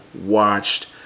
watched